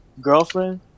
Girlfriend